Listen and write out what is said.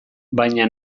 baina